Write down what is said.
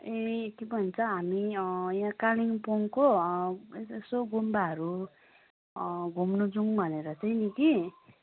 ए हामी के भन्छ कालिम्पोङको यसो गुम्बाहरू घुम्नु जाऔँ भनेर चाहिँ नि कि